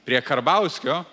prie karbauskio